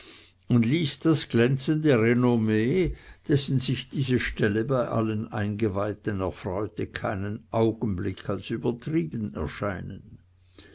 und ließ das glänzende renommee dessen sich diese stelle bei allen eingeweihten erfreute keinen augenblick als übertrieben erscheinen